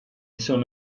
sono